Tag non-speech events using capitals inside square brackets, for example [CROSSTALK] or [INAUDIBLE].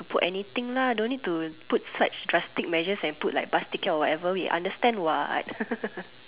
put anything lah don't need to put such drastic measures and put like bus ticket or whatever we understand [what] [LAUGHS]